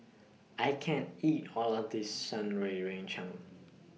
I can't eat All of This Shan Rui